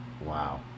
Wow